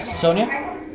Sonia